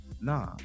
nah